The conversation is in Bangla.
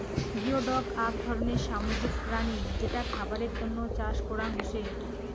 গিওডক আক ধরণের সামুদ্রিক প্রাণী যেটা খাবারের তন্ন চাষ করং হসে